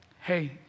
hey